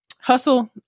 hustle